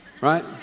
right